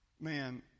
Man